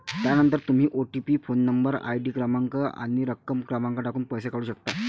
त्यानंतर तुम्ही OTP phone number, ID क्रमांक आणि रक्कम क्रमांक टाकून पैसे काढू शकता